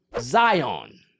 Zion